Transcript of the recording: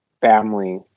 family